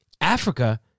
Africa